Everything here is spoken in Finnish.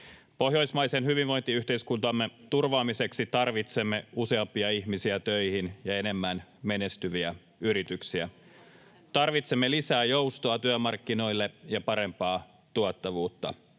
Pohjoismaisen hyvinvointiyhteiskuntamme turvaamiseksi tarvitsemme useampia ihmisiä töihin ja enemmän menestyviä yrityksiä. Tarvitsemme lisää joustoa työmarkkinoille ja parempaa tuottavuutta.